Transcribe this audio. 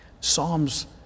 Psalms